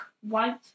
white